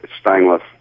stainless